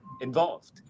involved